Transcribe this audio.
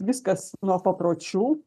viskas nuo papročių